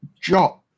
job